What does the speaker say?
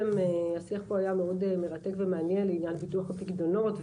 השיח פה היה מאוד מרתק ומעניין לעניין ביטוח הפקדונות,